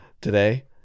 Today